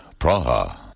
Praha